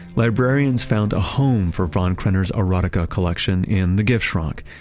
librarians found a home for von krenner's erotica collection in the giftschrank,